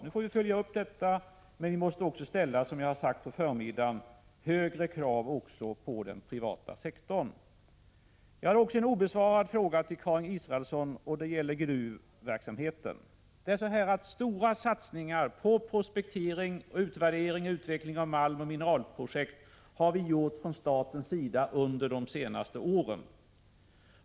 Nu får vi följa upp detta, men vi måste också — som jag har sagt på förmiddagen — ställa högre krav på den privata sektorn. 175 Jag har också en obesvarad fråga från Karin Israelsson. Det gäller gruvverksamheten. Stora satsningar på prospektering och utvärdering och på utveckling av malmoch mineralprojekt har gjorts från statens sida under de senaste åren.